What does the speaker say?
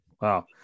Wow